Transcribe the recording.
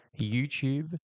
YouTube